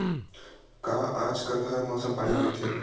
का आज कल हर मौसम पानी गिरथे?